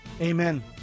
Amen